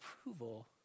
approval